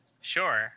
Sure